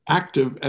active